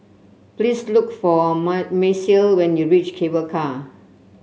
please look for Marcie when you reach Cable Car